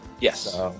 Yes